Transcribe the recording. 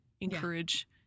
encourage